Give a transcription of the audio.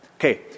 Okay